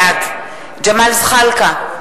בעד ג'מאל זחאלקה,